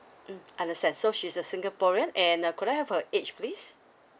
mm understand so she's a singaporean and uh could I have her age please